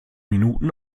minuten